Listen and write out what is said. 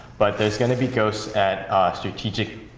but there's going to be ghosts at strategic,